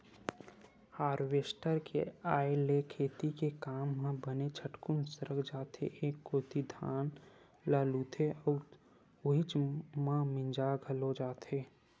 harvester के आय ले खेती के काम ह बने झटकुन सरक जाथे एक कोती धान ल लुथे अउ उहीच म मिंजा घलो जथे